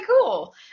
cool